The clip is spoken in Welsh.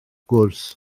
gwrs